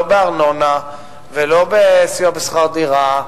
לא בארנונה ולא בשכר דירה,